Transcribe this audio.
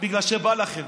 בגלל שבא לכם,